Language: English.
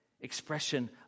expression